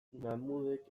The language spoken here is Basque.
mahmudek